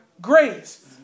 grace